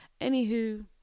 Anywho